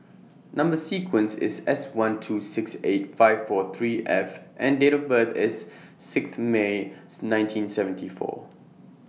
Number sequence IS S one two six eight five four three F and Date of birth IS Sixth May's nineteen seventy four